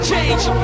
Change